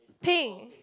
pink